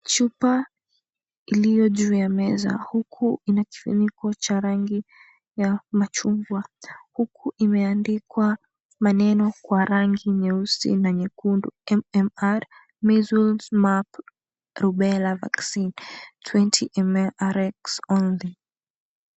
Chupa iliyo juu ya meza huku ina kifuniko cha rangi ya machungwa, huku imeandikwa maneno kwa rangi nyeusi na nyekundu: "MMR, Measles Mumps Rubella Vaccine, 20ml RX only".